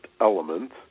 element